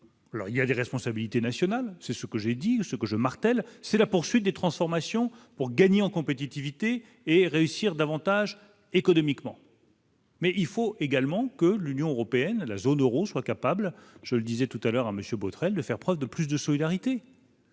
alors il y a des responsabilités nationales, c'est ce que j'ai dit ce que je martèle c'est la poursuite des transformations pour gagner en compétitivité et réussir davantage économiquement. Mais il faut également que l'Union européenne, la zone Euro sera capable, je le disais tout à l'heure à monsieur Botrel, de faire preuve de plus de solidarité.